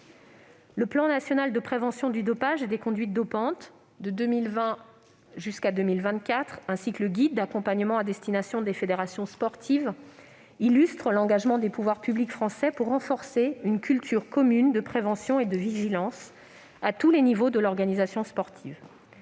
Le plan national de prévention du dopage et des conduites dopantes 2020-2024 et le guide d'accompagnement à destination des fédérations sportives illustrent ainsi l'engagement des pouvoirs publics français pour renforcer une culture commune de prévention et de vigilance, à tous les niveaux de l'organisation sportive.